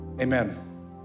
amen